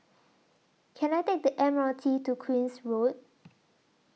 Can I Take The M R T to Queen's Road